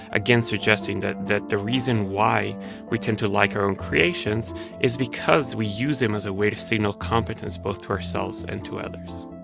again, suggesting that that the reason why we tend to like our own creations is because we use them as a way to signal competence both to ourselves and to others